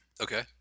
Okay